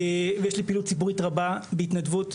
ויש לי פעילות ציבורית רבה בהתנדבות,